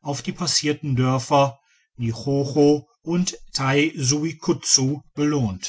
auf die passierten dörfer nichocho und taisuikutsu belohnte